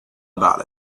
about